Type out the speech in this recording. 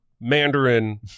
Mandarin